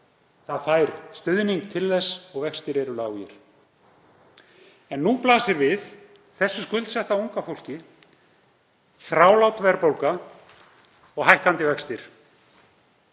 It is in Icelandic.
það fær stuðning til þess og vextir eru lágir. Nú blasir við þessu skuldsetta unga fólki þrálát verðbólga og hækkandi vextir.